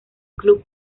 club